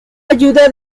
ayuda